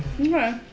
Okay